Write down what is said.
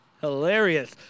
Hilarious